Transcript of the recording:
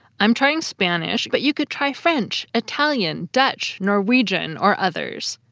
i'm trying spanish, but you could try french, italian, dutch, norwegian or others.